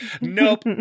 nope